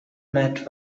met